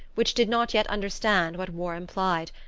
which did not yet understand what war implied.